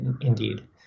indeed